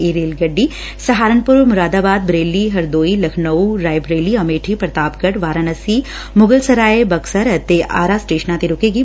ਇਹ ਗੱਡੀ ਸਹਾਰਨਪੁਰ ਮੁਰਾਦਾਬਾਦ ਬਰੇਲੀ ਹਰਦੋਈ ਲਖਨਉ ਰਾਏ ਬਰੇਲੀ ਅਮੇਠੀ ਪੁਤਾਪਗੜ ਵਾਰਾਨਸੀ ਮੁਗਲ ਸਰਾਏ ਬਕਸਰ ਅਤੇ ਆਰ ਸਟੇਸ਼ਨਾਂ ਤੇ ਰੁਕੇਗੀ